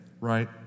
right